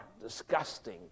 disgusting